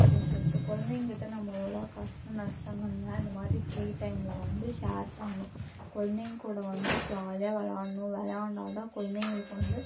அப்படின்னு சொல்லிட்டு குழந்தைங்கள்கிட்ட நம்மளோடய கஷ்ட நஷ்டங்களெலாம் இந்த மாதிரி ஃப்ரீ டைமில் வந்து ஷேர் பண்ணும் குழந்தைங்கள் கூட வந்து ஜாலியாக விளாடணும் விளாண்டாதான் குழந்தைங்களுக்கு வந்து